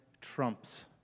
trumps